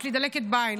יש לי דלקת בעין,